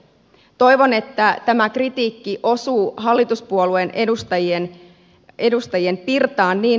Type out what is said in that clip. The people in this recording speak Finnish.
toivon että tämä kritiikki osuu hallituspuolueen edustajien pirtaan